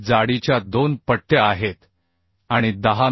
जाडीच्या दोन पट्ट्या आहेत आणि 10 मि